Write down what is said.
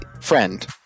friend